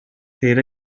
theta